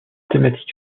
thématiques